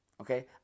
Okay